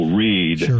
read